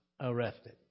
arrested